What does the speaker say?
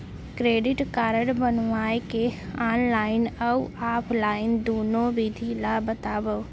Credit card बनवाए के online अऊ ऑफलाइन दुनो विधि ला बतावव?